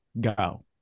go